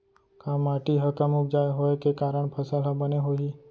का माटी हा कम उपजाऊ होये के कारण फसल हा बने होही?